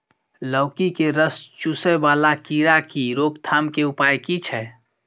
लौकी के रस चुसय वाला कीरा की रोकथाम के उपाय की छै?